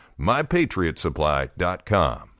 MyPatriotSupply.com